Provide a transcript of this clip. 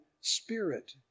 Spirit